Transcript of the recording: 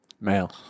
Male